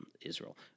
Israel